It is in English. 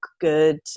good